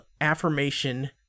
Affirmation